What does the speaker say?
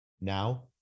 Now